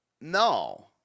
No